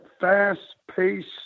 fast-paced